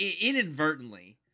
inadvertently